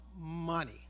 money